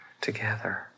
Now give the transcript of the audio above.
together